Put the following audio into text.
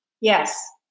Yes